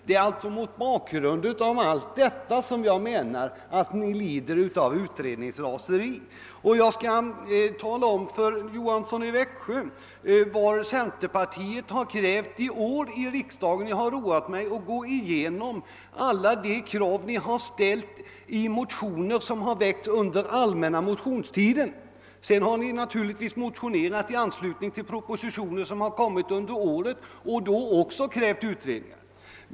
Det är alltså mot bakgrunden av allt detta som jag anser att ni lider av utvecklingsraseri. Jag vill tala om för herr Johansson i Växjö vilka utredningar centerpartiet krävt i riksdagen i år. Jag har roat mig med att gå igenom alla de utredningskrav ni ställt i motioner som väckts under den allmänna motionstiden. Naturligtvis har ni motionerat i anslutning till under året lämnade propositioner och då också krävt utredningar.